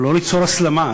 לא ליצור הסלמה,